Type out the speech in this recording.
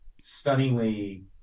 stunningly